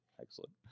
Excellent